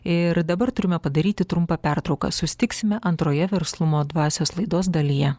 ir dabar turime padaryti trumpą pertrauką susitiksime antroje verslumo dvasios laidos dalyje